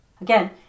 Again